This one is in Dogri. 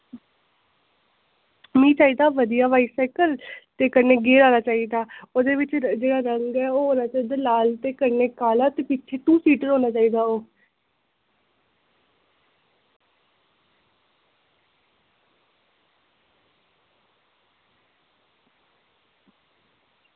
मिगी चाहिदा बधिया बाईसैकल ते कन्नै गियर आह्ला चाहिदा ओह्दे बिच्च जेह्ड़ा रंग ऐ ओह् होना चाहिदा लाल ते कन्नै काला ते पिच्छे टू सीटर होना चाहिदा ओह्